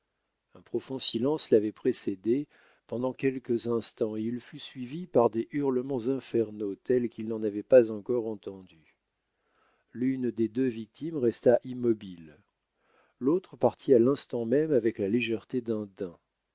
un profond silence l'avait précédé pendant quelques instants et il fut suivi par des hurlements infernaux tels qu'il n'en avait pas encore entendus l'une des deux victimes resta immobile l'autre partit à l'instant même avec la légèreté d'un daim